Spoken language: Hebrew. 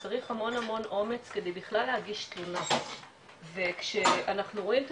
צריך המון אומץ כדי בכלל להגיש תלונה וכשאנחנו רואים את